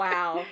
Wow